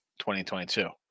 2022